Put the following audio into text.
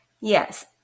Yes